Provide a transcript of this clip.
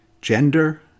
gender